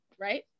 right